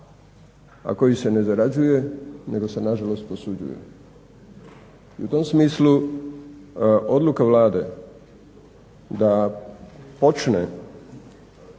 a koji se ne zarađuje nego se nažalost posuđuje. U tom smislu odluka Vlade da počne